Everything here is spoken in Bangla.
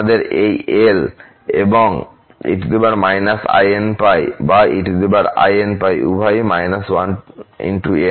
আমাদের এই l আছে এবং e−inπ বা einπ উভয়ই −1n